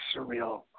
surreal